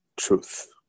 truth